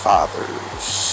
Father's